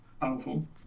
powerful